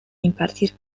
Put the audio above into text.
impartir